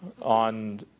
on